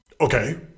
okay